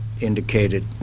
indicated